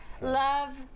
love